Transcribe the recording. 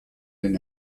den